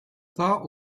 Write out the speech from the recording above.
thought